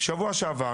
שבוע שעבר,